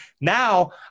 Now